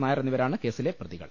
നായർ എന്നിവരാണ് കേസിലെ പ്രതികൾ